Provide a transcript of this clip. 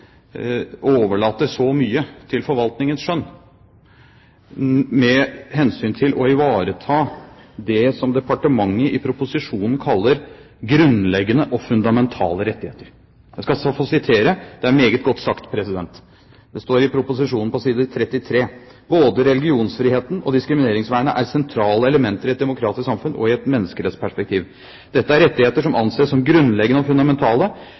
overlater så mye til forvaltningens skjønn med hensyn til å ivareta det som departementet i proposisjonen kaller «grunnleggende og fundamentale» rettigheter. Jeg skal sitere – det er meget godt sagt. Det står i proposisjonen på side 33: både religionsfriheten og diskrimineringsvernet er sentrale elementer i et demokratisk samfunn og i et menneskerettsperspektiv. Dette er rettigheter som anses som grunnleggende og fundamentale.